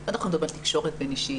על תקשורת בין-אישית,